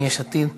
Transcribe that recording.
מיש עתיד.